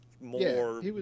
more